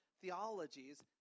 theologies